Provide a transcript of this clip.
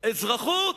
אזרחות,